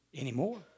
anymore